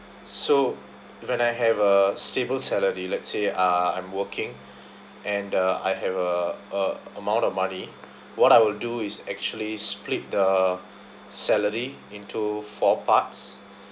so when I have a stable salary let's say uh I'm working and uh I have uh uh amount of money what I will do is actually split the salary into four parts